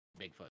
Bigfoot